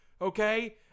Okay